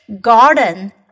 garden